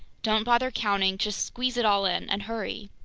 don't bother counting, just squeeze it all in and hurry!